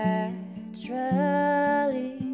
Naturally